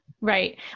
Right